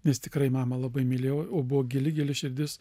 nes tikrai mamą labai mylėjau buvo gili gili širdis